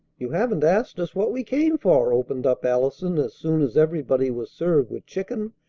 you haven't asked us what we came for, opened up allison as soon as everybody was served with chicken,